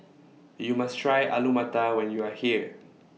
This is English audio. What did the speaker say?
YOU must Try Alu Matar when YOU Are here